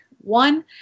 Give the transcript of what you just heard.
one